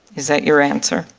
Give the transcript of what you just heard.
is that your answer?